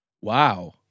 Wow